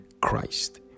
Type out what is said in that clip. Christ